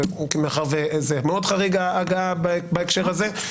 מאחר שמאוד חריגה ההגעה בהקשר הזה,